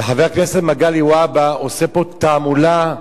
וחבר הכנסת מגלי והבה עושה פה תעמולה,